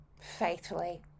faithfully